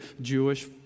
Jewish